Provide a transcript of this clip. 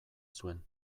zuen